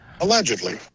Allegedly